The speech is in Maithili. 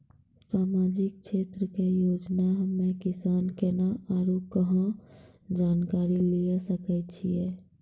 समाजिक क्षेत्र के योजना हम्मे किसान केना आरू कहाँ जानकारी लिये सकय छियै?